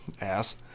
Ass